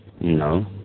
No